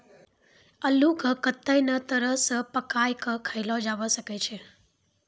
अल्लू के कत्ते नै तरह से पकाय कय खायलो जावै सकै छै